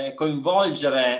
coinvolgere